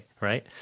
right